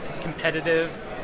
competitive